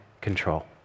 control